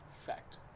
fact